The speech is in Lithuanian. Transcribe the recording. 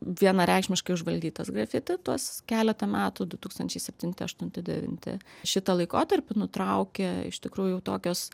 vienareikšmiškai užvaldytas grafiti tuos keletą metų du tūkstančiai septinti aštunti devinti šitą laikotarpį nutraukė iš tikrųjų tokios